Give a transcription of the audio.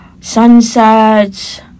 sunsets